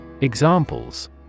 Examples